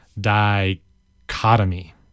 Dichotomy